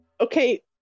Okay